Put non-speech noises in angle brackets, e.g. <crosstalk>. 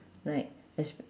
right <noise>